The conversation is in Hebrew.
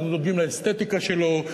אנחנו דואגים לאסתטיקה שלו,